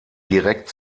direkt